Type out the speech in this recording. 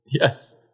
yes